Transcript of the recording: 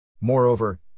Moreover